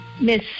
Miss